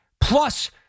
plus